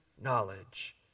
knowledge